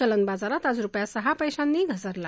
चलन बाजारात आज रुपया सहा पद्मिनी घसरला